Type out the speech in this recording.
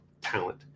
talent